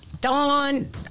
Dawn